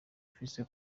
afise